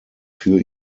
für